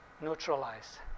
neutralize